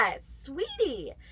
sweetie